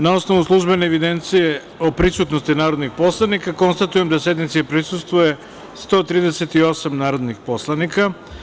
Na osnovu službene evidencije o prisutnosti narodnih poslanika, konstatujem da sednici prisustvuje 138 narodnih poslanika.